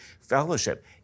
fellowship